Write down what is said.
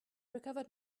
recovered